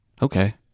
okay